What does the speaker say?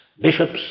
bishops